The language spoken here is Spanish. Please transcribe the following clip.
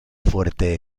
fuerte